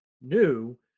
new